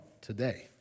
today